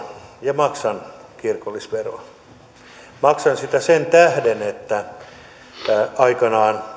ja maksan kirkollisveroa maksan sitä sen tähden että aikanaan